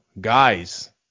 Guys